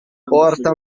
porta